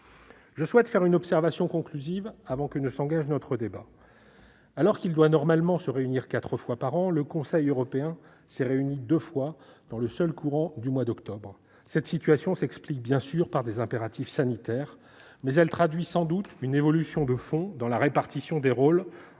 je formulerai une observation conclusive. Alors qu'il doit normalement se réunir quatre fois par an, le Conseil européen s'est réuni deux fois pendant ce seul mois d'octobre : cette situation s'explique bien sûr par des impératifs sanitaires, mais elle traduit sans doute une évolution de fond dans la répartition des rôles